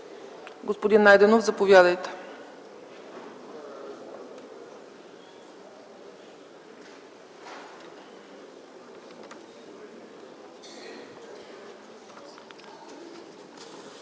Господин Найденов, заповядайте.